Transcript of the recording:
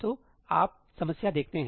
तो आप समस्या देखते हैं